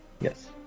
Yes